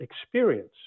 experience